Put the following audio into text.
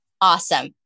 Awesome